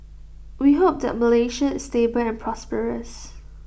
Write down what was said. we hope that Malaysia is stable and prosperous